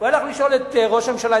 הוא הלך לשאול את ראש הממשלה,